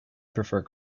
prefer